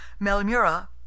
melmura